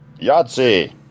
Yahtzee